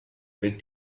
big